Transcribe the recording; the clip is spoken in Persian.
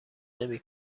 نمی